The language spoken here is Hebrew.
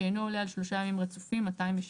שאינו עולה על שלושה ימים רצופים - 270.